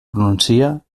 pronuncie